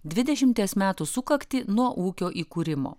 dvidešimties metų sukaktį nuo ūkio įkūrimo